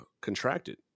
contracted